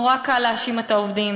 נורא קל להאשים את העובדים.